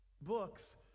books